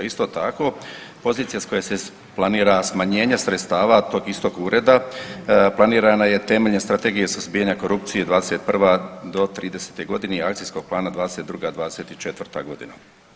Isto tako, pozicija s koje se planira smanjenje sredstava tog istog ureda, planirana je temeljem Strategije suzbijanja korupcije '21. do '30. godina i Akcijskog plana '22. – '24. godina.